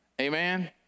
Amen